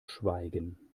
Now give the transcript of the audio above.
schweigen